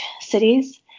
cities